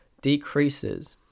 decreases